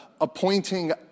appointing